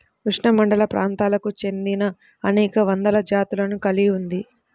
ఉష్ణమండలప్రాంతాలకు చెందినఅనేక వందల జాతులను కలిగి ఉంది